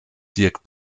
dirk